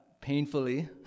painfully